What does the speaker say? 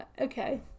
Okay